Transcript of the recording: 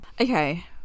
okay